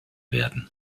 werden